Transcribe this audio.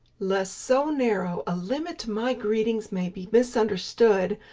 lest so narrow a limit to my greetings may be misunderstood,